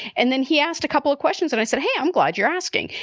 and then he asked a couple of questions and i said, hey, i'm glad you're asking.